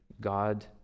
God